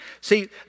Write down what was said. See